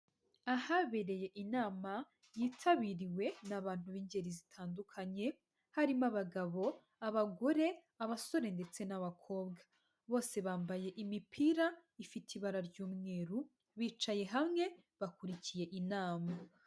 Ahabereye inama yitabiriwe n'abantu b'ingeri zitandukanye harimo abagabo, abagore, abasore ndetse n'abakobwa. Bose bambaye imipira ifite ibara ry'umweru, bicaye hamwe, bakurikiye inama.